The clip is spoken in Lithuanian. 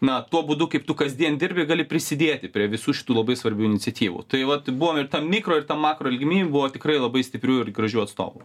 na tuo būdu kaip tu kasdien dirbi gali prisidėti prie visų šitų labai svarbių iniciatyvų tai vat buvom ir tam mikro ir tam makro lygmeny buvo tikrai labai stiprių ir gražių atstovų